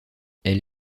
elle